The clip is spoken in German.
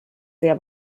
sehr